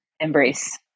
embrace